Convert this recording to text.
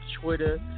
Twitter